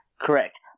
Correct